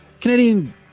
Canadian